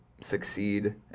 succeed